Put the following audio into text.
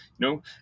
No